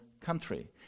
country